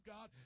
God